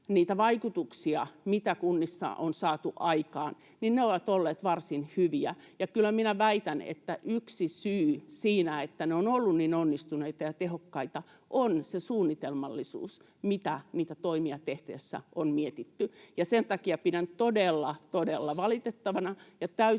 niitä vaikutuksia, mitä kunnissa on saatu aikaan, ovat olleet varsin hyviä. Kyllä minä väitän, että yksi syy siinä, että ne ovat olleet niin onnistuneita ja tehokkaita, on se suunnitelmallisuus, mitä niitä toimia tehtäessä on mietitty. Sen takia pidän todella todella valitettavana ja täysin